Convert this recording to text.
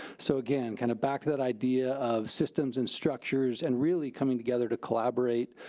so again, kind of back that idea of systems and structures and really coming together to collaborate